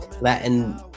Latin